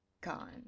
gone